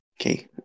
Okay